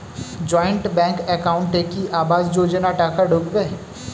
Joint bank একাউন্টে কি আবাস যোজনা টাকা ঢুকবে?